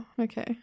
okay